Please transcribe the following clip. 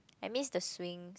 I missed the swings